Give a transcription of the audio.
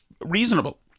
reasonable